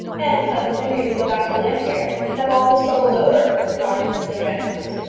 and cousin henry would go back to llanfeare, and have all his troubles over, remarked mr jones.